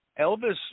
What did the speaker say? Elvis